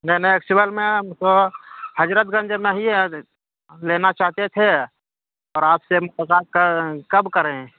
نہیں نہیں ایکچول میں ہم کو حضرت گنج میں ہی لینا چاہتے تھے پر آپ سے ہم سوچا کہ کب کریں